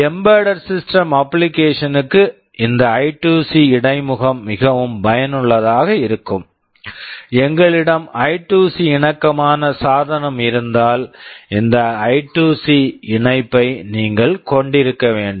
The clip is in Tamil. embedded system application embedded system application க்கு இந்த ஐ2சி I2C இடைமுகம் மிகவும் பயனுள்ளதாக இருக்கும் எங்களிடம் ஐ2சி I2C இணக்கமான சாதனம் இருந்தால் இந்த ஐ2சி I2C இணைப்பை நீங்கள் கொண்டிருக்க வேண்டும்